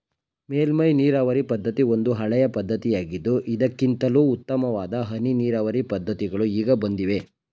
ಮೇಲ್ಮೈ ನೀರಾವರಿ ಪದ್ಧತಿ ಒಂದು ಹಳೆಯ ಪದ್ಧತಿಯಾಗಿದ್ದು ಇದಕ್ಕಿಂತಲೂ ಉತ್ತಮವಾದ ಹನಿ ನೀರಾವರಿ ಪದ್ಧತಿಗಳು ಈಗ ಬಂದಿವೆ